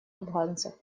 афганцев